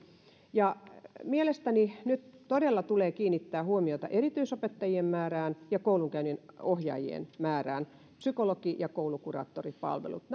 mielestäni nyt todella tulee kiinnittää huomiota erityisopettajien määrään ja koulunkäynninohjaajien määrään psykologi ja koulukuraattoripalveluihin